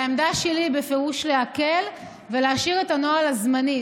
והעמדה שלי היא בפירוש להקל ולהשאיר את הנוהל הזמני.